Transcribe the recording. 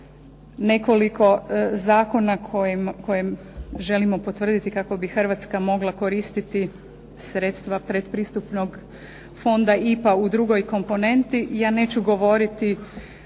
nekoliko zakonu koje želimo potvrditi kako bi Hrvatska mogla koristiti sredstva pretpristupnog fonda IPA u drugoj komponenti.